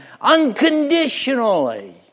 unconditionally